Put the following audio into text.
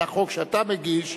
על החוק שאתה מגיש,